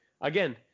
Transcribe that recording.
Again